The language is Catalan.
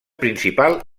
principal